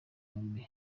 yombi